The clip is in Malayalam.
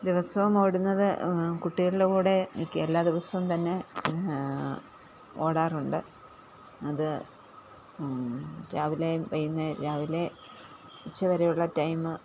ദിവസവും ഓടുന്നത് കുട്ടികളിലൂടെ മിക്ക എല്ലാ ദിവസവും തന്നെ ഓടാറുണ്ട് അത് രാവിലെയും വൈന്നേ രാവിലെ ഉച്ച വരേയുള്ള ടൈം